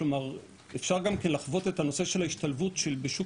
כלומר אפשר לחוות את הנושא של השתלבות בשוק